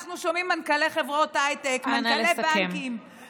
אנחנו שומעים מנכ"לי חברות הייטק ומנהלי בנקים אנא לסכם.